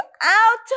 out